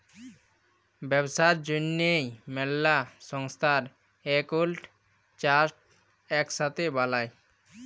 ব্যবসার জ্যনহে ম্যালা সংস্থার একাউল্ট চার্ট ইকসাথে বালায়